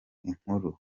inkuru